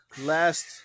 Last